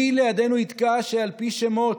מי לידנו יתקע שעל פי שמות,